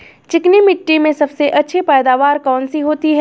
चिकनी मिट्टी में सबसे अच्छी पैदावार कौन सी होती हैं?